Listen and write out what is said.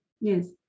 Yes